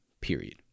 Period